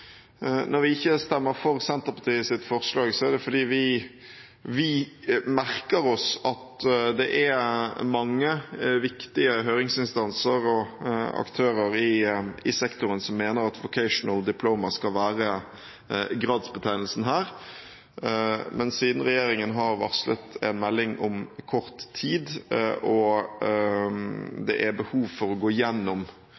Når vi ikke stemmer for Senterpartiets forslag, er det fordi vi merker oss at det er mange viktige høringsinstanser og aktører i sektoren som mener at Vocational Diploma skal være gradsbetegnelsen her, men siden regjeringen har varslet en melding om kort tid og